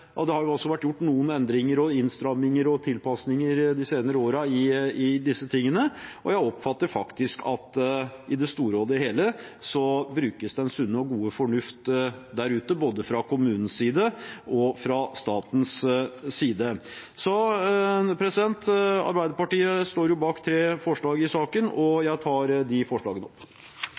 innstramminger og tilpasninger de senere årene i disse tingene, og jeg oppfatter at i det store og hele brukes det sunn og god fornuft der ute, både fra kommunens side og fra statens side. Jeg tar opp det forslaget Arbeiderpartiet står sammen med SV om. Representanten Stein Erik Lauvås har tatt opp det forslaget han refererte til. For Høgre har det i